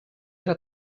era